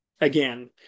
again